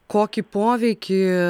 kokį poveikį